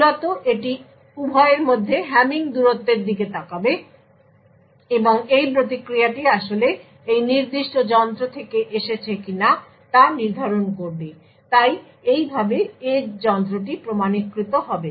মূলত এটি উভয়ের মধ্যে হ্যামিং দূরত্বের দিকে তাকাবে এবং এই প্রতিক্রিয়াটি আসলে এই নির্দিষ্ট যন্ত্র থেকে এসেছে কিনা তা নির্ধারণ করবে তাই এইভাবে এজ যন্ত্রটি প্রমাণীকৃত হবে